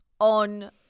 on